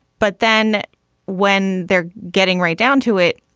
but then when they're getting right down to it,